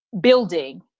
building